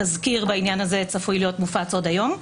תזכיר בעניין הזה צפוי להיות מופץ עוד היום,